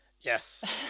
Yes